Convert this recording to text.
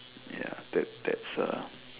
ya that that's a